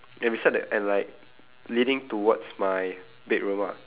and beside that and like leading towards my bedroom ah